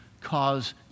cause